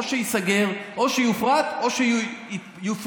או שייסגר או שיופרט או שיפוטרו.